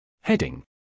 Heading